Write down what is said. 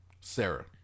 Sarah